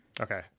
Okay